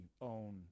own